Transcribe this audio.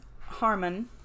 Harmon